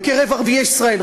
בקרב ערביי ישראל.